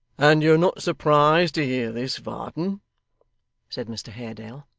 and you're not surprised to hear this, varden said mr haredale.